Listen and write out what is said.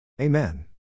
Amen